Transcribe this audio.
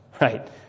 Right